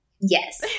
Yes